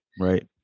Right